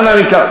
הוא משקר.